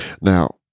Now